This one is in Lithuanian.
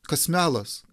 kas melas